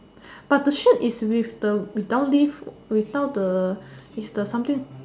but the shirt is with the without leave without the is the something